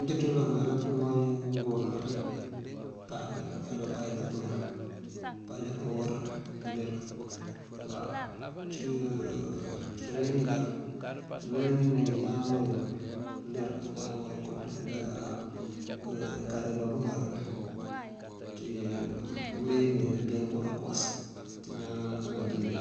Njí cí uloŋ mayëlan pëŋooy ngёwoorá páaj wala páaj ná pëloŋ, páaj ná hora ngëler waw. Ţí uwínjí dal ngëler ngí mëmee ñaan ŋooy ngul, ngëler ñaan ŋooy ngul unjáka kare bá bëŋooy yul, ţí meeyi mëmeeyi bujá ngëwora këwas ţí ñaan namdembi.